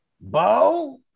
bo